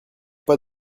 pas